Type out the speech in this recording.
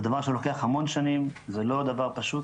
זה דבר שלוקח המון שנים, זה לא דבר פשוט